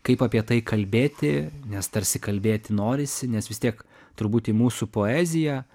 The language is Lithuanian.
kaip apie tai kalbėti nes tarsi kalbėti norisi nes vis tiek turbūt į mūsų poeziją